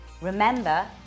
Remember